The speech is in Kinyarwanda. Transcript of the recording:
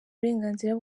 uburenganzira